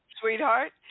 sweetheart